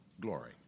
glory